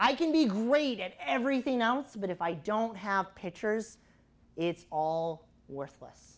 i can be great at everything else but if i don't have pictures it's all worthless